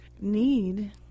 need